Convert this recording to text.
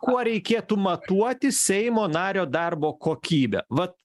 kuo reikėtų matuoti seimo nario darbo kokybę vat